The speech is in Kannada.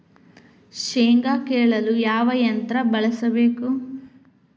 ಶೇಂಗಾ ಕೇಳಲು ಯಾವ ಯಂತ್ರ ಬಳಸಬೇಕು?